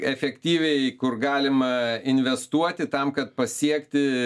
efektyviai kur galima investuoti tam kad pasiekti